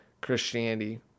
Christianity